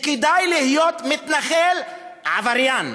כדאי להיות מתנחל עבריין,